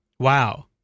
Wow